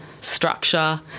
structure